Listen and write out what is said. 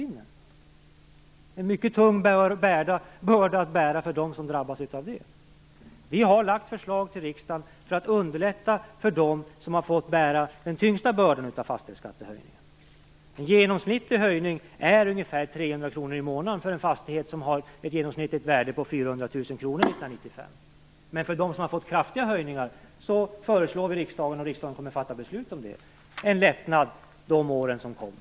Det är en mycket tung börda att bära för dem som drabbas. Vi har lagt fram förslag till riksdagen för att underlätta för dem som har fått bära den tyngsta bördan av fastighetsskattehöjningen. I genomsnitt är höjningen ungefär 300 kr. i månaden för en fastighet som har ett genomsnittligt värde på 400 000 kr 1995. För dem som har fått kraftiga höjningar föreslår, och riksdagen kommer att fatta beslut om det, en lättnad de år som kommer